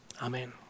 Amen